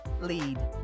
lead